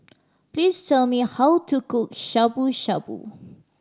please tell me how to cook Shabu Shabu